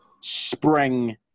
spring